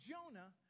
Jonah